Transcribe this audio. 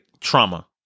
trauma